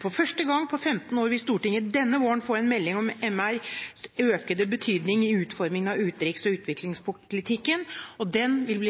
For første gang på 15 år vil Stortinget denne våren få en melding om menneskerettighetenes økede betydning i utformingen av utenriks- og utviklingspolitikken, og den vil